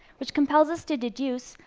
which compels us to deduce,